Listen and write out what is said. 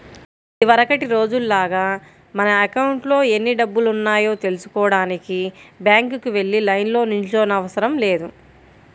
ఇదివరకటి రోజుల్లాగా మన అకౌంట్లో ఎన్ని డబ్బులున్నాయో తెల్సుకోడానికి బ్యాంకుకి వెళ్లి లైన్లో నిల్చోనవసరం లేదు